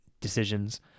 decisions